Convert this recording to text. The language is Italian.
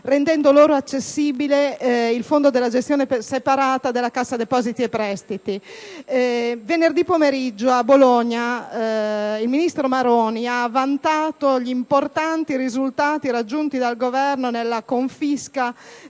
rendendo loro accessibile il Fondo per la gestione separata della Cassa depositi e prestiti. Lo scorso venerdì pomeriggio a Bologna il ministro Maroni ha vantato gli importanti risultati raggiunti dal Governo nella confisca